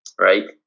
right